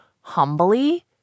humbly